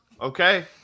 okay